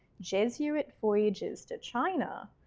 jesuit voyages to china,